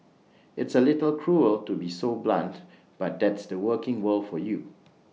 it's A little cruel to be so blunt but that's the working world for you